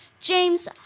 James